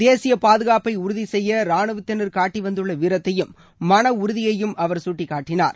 தேசிய பாதுகாப்பை உறுதி செய்ய ராணுவத்தினர் காட்டி வந்துள்ள வீரத்தையும் மன உறுதியையும் அவர் சுட்டிக்காட்டினார்